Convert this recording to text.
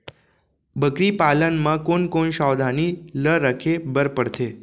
बकरी पालन म कोन कोन सावधानी ल रखे बर पढ़थे?